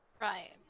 Right